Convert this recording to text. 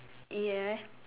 yes